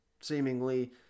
seemingly